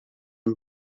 and